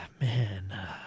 man